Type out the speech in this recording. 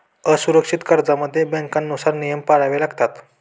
असुरक्षित कर्जांमध्ये बँकांनुसार नियम पाळावे लागतात